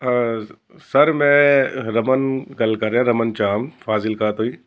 sir ਮੈਂ ਰਮਨ ਗੱਲ ਕਰ ਰਿਹਾ ਰਮਨ ਚਾਮ ਫਾਜ਼ਿਲਕਾ ਤੋਂ ਹੀ